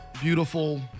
beautiful